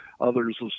others